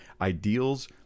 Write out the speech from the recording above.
ideals